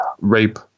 rape